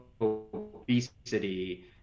obesity